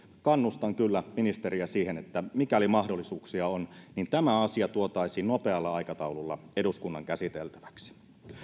kannustan kyllä ministeriä siihen että mikäli mahdollisuuksia on niin tämä asia tuotaisiin nopealla aikataululla eduskunnan käsiteltäväksi